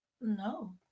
No